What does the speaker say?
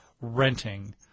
renting